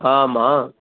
ஆமாம்